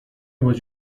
was